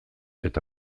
eta